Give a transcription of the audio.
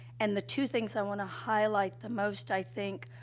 and the two things i want to highlight the most, i think,